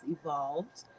evolved